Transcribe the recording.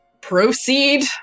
Proceed